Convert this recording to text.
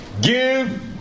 give